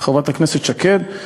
חברת הכנסת שקד.